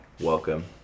welcome